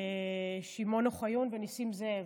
שמעון אוחיון ונסים זאב.